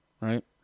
right